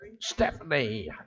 Stephanie